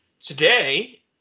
Today